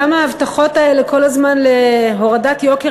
גם ההבטחות האלה כל הזמן להורדת יוקר